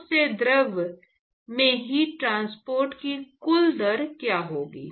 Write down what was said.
ठोस से द्रव में हीट ट्रांसपोर्ट की कुल दर क्या होगी